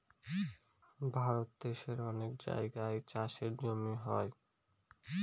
ভারত দেশের অনেক জায়গায় চাষের জমি হয়